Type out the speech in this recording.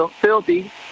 Filthy